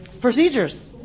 Procedures